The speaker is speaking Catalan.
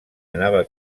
anava